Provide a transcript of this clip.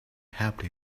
help